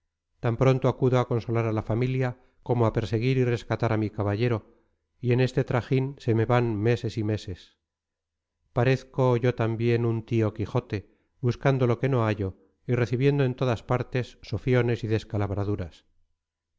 tan pronto acudo a consolar a la familia como a perseguir y a rescatar a mi caballero y en este trajín se me van meses y meses parezco yo también un tío quijote buscando lo que no hallo y recibiendo en todas partes sofiones y